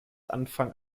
anfang